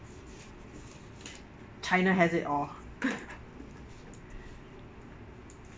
china has it all